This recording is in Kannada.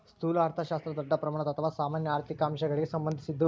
ಸ್ಥೂಲ ಅರ್ಥಶಾಸ್ತ್ರ ದೊಡ್ಡ ಪ್ರಮಾಣದ ಅಥವಾ ಸಾಮಾನ್ಯ ಆರ್ಥಿಕ ಅಂಶಗಳಿಗ ಸಂಬಂಧಿಸಿದ್ದು